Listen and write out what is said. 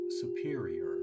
superior